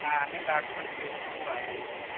అన్నీ డాక్యుమెంట్స్ తీసుకొని రండి